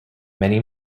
many